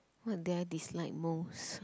what did I dislike most